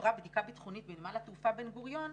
עברה בדיקה ביטחונית בנמל התעופה בן גוריון,